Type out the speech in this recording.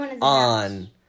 on